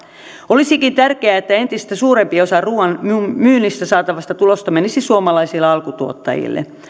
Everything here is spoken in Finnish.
olisikin tärkeää että entistä suurempi osa ruuan myynnistä saatavasta tulosta menisi suomalaisille alkutuottajille